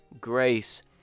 grace